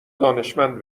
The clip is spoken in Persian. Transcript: دانشمند